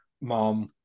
mom